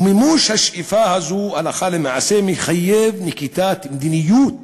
ומימוש השאיפה הזו הלכה למעשה מחייב נקיטת מדיניות